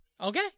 Okay